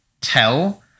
tell